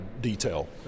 detail